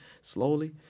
slowly